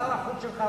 שר החוץ שלך,